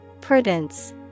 Prudence